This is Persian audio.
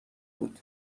بود